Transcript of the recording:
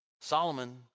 Solomon